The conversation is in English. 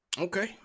Okay